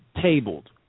tabled